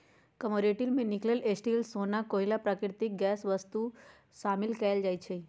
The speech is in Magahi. कमोडिटी में निकल, स्टील,, सोना, कोइला, प्राकृतिक गैस आउरो वस्तु शामिल कयल जाइ छइ